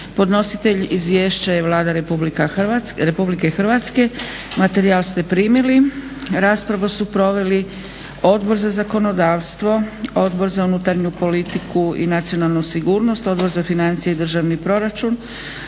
Podnositelj izvješća je Vlada Republike Hrvatske. Materijal ste primili. Raspravu su proveli Odbor za zakonodavstvo, Odbor za unutarnju politiku i nacionalnu sigurnost, Odbor za financije i državni proračun,